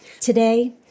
Today